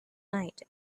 night